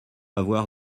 avoir